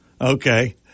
okay